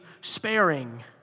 sparing